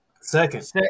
second